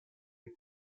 and